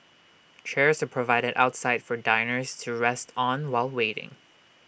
chairs are provided outside for diners to rest on while waiting